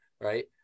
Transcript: right